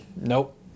Nope